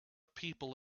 people